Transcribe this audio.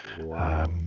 Wow